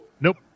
Nope